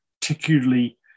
particularly